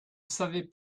savez